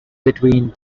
between